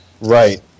Right